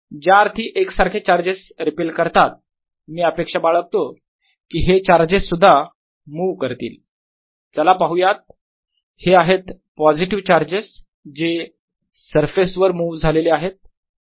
ज्याअर्थी एक सारख्या चार्जेस रिपेल करतात मी अपेक्षा बाळगतो कि हे चार्जेस सुद्धा मुव्ह करतील चला पाहुयात हे आहेत पॉझिटिव्ह चार्जेस जे सरफेस वर मुव्ह झालेले आहेत